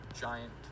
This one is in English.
giant